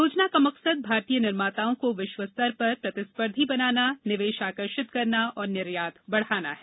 योजना का मकसद भारतीय निर्माताओं को विश्व स्तर पर प्रतिस्पर्धी बनाना निवेश आकर्षित करना और निर्यात बढ़ाना है